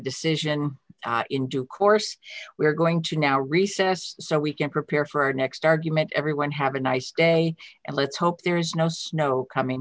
decision in due course we are going to now recess so we can prepare for our next argument everyone have a nice day and let's hope there is no snow coming